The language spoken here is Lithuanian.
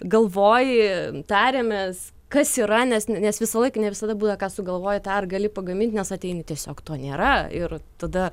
galvoji tariamės kas yra nes nes visąlaik ne visada būna ką sugalvoji tą ir gali pagamint nes ateini tiesiog to nėra ir tada